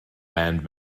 land